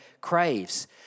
craves